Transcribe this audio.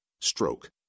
Stroke